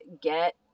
get